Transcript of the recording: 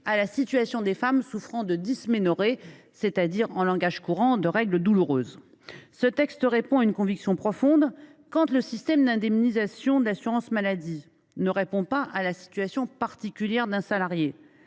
à la situation des femmes souffrant de dysménorrhées, c’est à dire, en langage courant, de règles douloureuses. Ce texte résulte d’une conviction profonde. Quand le système d’indemnisation de l’assurance maladie ne répond pas à la situation particulière d’un salarié,